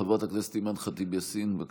חברת הכנסת אימאן ח'טיב יאסין, בבקשה.